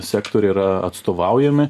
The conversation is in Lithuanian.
sektoriai yra atstovaujami